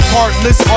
Heartless